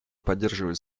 поддерживает